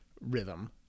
rhythm